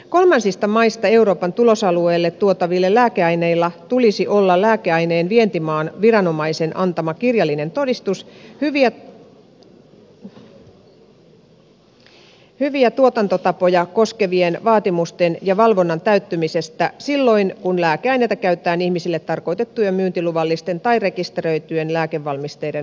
kolmansista maista euroopan tulosalueelle tuotavilla lääkeaineilla tulisi olla lääkeaineen vientimaan viranomaisen antama kirjallinen todistus hyviä tuotantotapoja koskevien vaatimusten ja valvonnan täyttymisestä silloin kun lääkeaineita käytetään ihmisille tarkoitettujen myyntiluvallisten tai rekisteröityjen lääkevalmisteiden valmistukseen